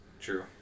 True